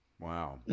Wow